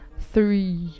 three